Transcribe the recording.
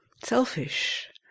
selfish